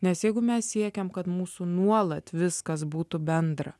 nes jeigu mes siekiam kad mūsų nuolat viskas būtų bendra